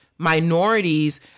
Minorities